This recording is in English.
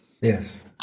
Yes